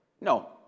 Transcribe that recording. No